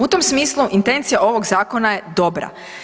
U tom smislu intencija ovog zakona je dobra.